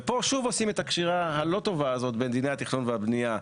ופה שוב עושים את הקשירה הלא טובה הזאת בין דיני התכנון והבנייה,